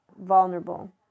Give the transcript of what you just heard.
vulnerable